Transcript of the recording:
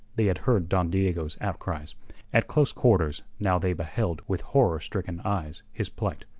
they had heard don diego's outcries at close quarters now they beheld with horror-stricken eyes his plight.